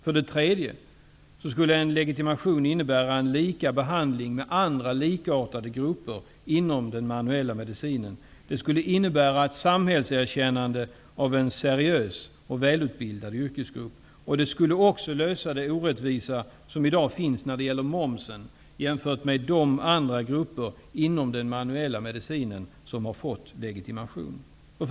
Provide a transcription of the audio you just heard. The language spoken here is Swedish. För det tredje: En legitimation skulle innebära en lika behandling med andra likartade grupper inom den manuella medicinen. Vidare skulle det innebära ett samhällserkännande av en seriös och välutbildad yrkesgrupp. Då skulle också orättvisorna när det gäller momsen jämfört med de andra grupper inom den manuella medicinen som har fått legitimation försvinna.